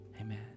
amen